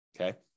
Okay